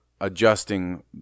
adjusting